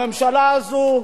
הממשלה הזאת,